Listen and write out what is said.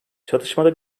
çatışmada